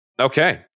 Okay